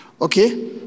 Okay